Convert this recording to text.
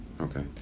okay